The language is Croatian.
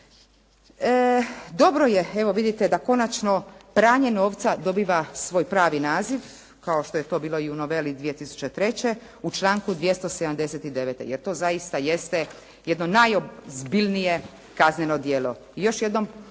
Dobro je evo vidite da konačno pranje novca dobiva svoj pravi naziv, kao što je to bilo i u noveli 2003. u članku 279. jer to zaista jeste jedno najozbiljnije kazneno djelo. I još jednom